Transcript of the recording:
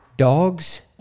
Dogs